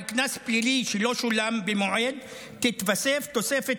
על קנס פלילי שלא שולם במועד תתווסף תוספת